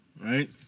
Right